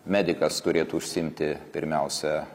medikas turėtų užsiimti pirmiausia